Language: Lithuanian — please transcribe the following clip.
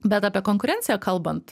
bet apie konkurenciją kalbant